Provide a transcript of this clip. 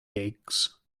eggs